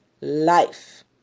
life